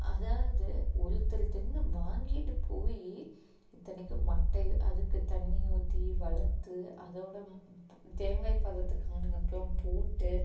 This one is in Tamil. அதாவது ஒருத்தருகிட்டருந்து வாங்கிட்டு போய் இத்தனைக்கும் மட்டை அதுக்கு தண்ணி ஊற்றி வளர்த்து அதோட தேங்காய் பதத்துக்கு ஆனதுக்கப்புறம் போட்டு